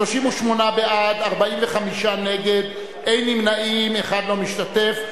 רבותי, 38 בעד, 45 נגד, אין נמנעים, אחד לא משתתף.